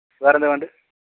വേറെന്താണ് വേണ്ടത്